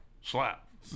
Slap